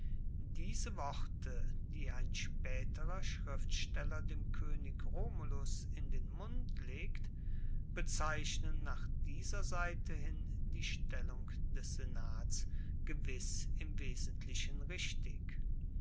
diese worte die ein spaeterer schriftsteller dem koenig romulus in den mund legt bezeichnen nach dieser seite hin die stellung des senats gewiss im wesentlichen richtig